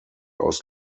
aus